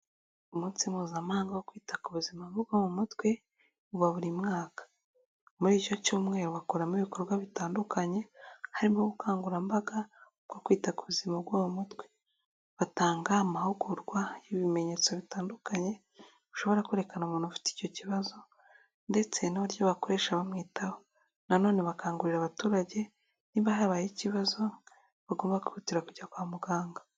Umunsi Mpuzamahanga wo kwita ku buzima bwo mu mutwe, uba buri mwaka. Muri icyo cyumweru bakoramo ibikorwa bitandukanye, harimo ubukangurambaga, bwo kwita ku buzima bwo mu mutwe. Batanga amahugurwa y'ibimenyetso bitandukanye, bishobora kwerekana umuntu ufite icyo kibazo, ndetse n'uburyo bakoresha bamwitaho. Na none bakangurira abaturage niba habaye ikibazo, bagomba kwihutira kujya kwa muganga.